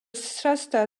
shasta